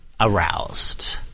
aroused